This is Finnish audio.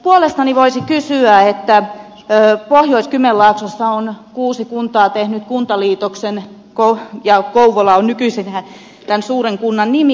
puolestani voisin kysyä kun pohjois kymenlaaksossa on kuusi kuntaa tehnyt kuntaliitoksen ja kouvola on nykyisin tämän suuren kunnan nimi